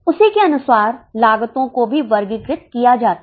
उसी के अनुसार लागतो को भी वर्गीकृत किया जाता है